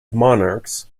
monarchs